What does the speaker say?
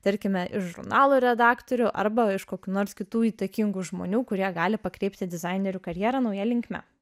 tarkime iš žurnalo redaktorių arba iš kokių nors kitų įtakingų žmonių kurie gali pakreipti dizainerių karjerą nauja linkme